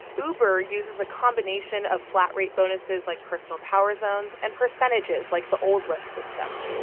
uber uses a combination of flat rate bonuses like personal power zones and percentages like the old lyft system.